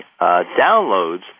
downloads